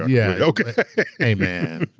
yeah, hey man.